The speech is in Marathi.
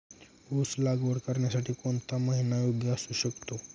ऊस लागवड करण्यासाठी कोणता महिना योग्य असू शकतो?